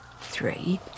three